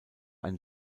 ein